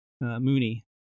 Mooney